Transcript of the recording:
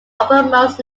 uppermost